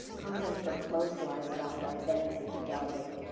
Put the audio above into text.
hung them from clothesline around our then-empty gallery,